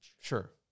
sure